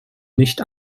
nicht